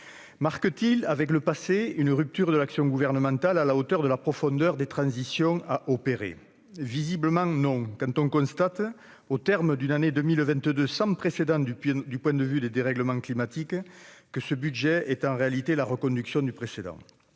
Marquent-ils, avec le passé, une rupture de l'action gouvernementale à la hauteur de la profondeur des transitions à mener ? Visiblement non, quand on constate, au terme d'une année 2022 sans précédent du point de vue des dérèglements climatiques, que ce budget est en réalité la reconduction du précédent.